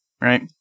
right